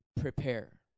prepare